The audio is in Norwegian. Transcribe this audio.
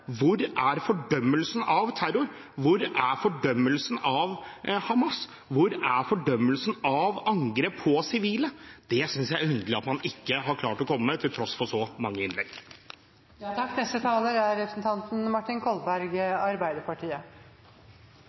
Hvor er fordømmelsen av terror? Hvor er fordømmelsen av Hamas? Hvor er fordømmelsen av angrep på sivile? Det synes jeg er underlig at man ikke har klart å komme med, til tross for så mange innlegg. Jeg har ikke fulgt hele debatten. Det er